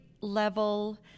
level